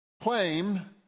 claim